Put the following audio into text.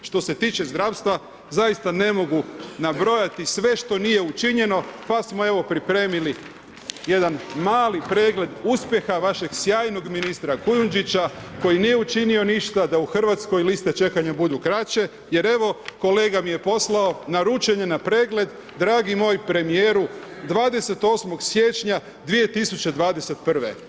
Što se tiče zdravstva, zaista ne mogu nabrojati sve što nije učinjeno, pa smo evo pripremili jedan mali pregled uspjeha vašeg sjajnog ministra Kujundžića koji nije učinio ništa da u Hrvatskoj liste čekanja budu kraće jer evo, kolega mi je poslao, naručen je na pregled, dragi moj premijeru, 28. siječnja 2021.